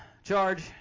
Charge